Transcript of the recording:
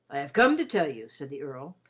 i have come to tell you, said the earl,